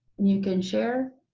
you can share,